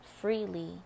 freely